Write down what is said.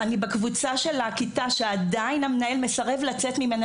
אני בקבוצה של הכיתה שעדיין המנהל מסרב לצאת ממנה,